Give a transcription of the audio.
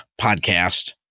podcast